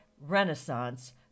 renaissance